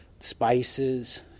spices